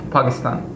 Pakistan